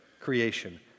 creation